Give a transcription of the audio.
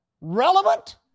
relevant